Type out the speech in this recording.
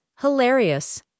Hilarious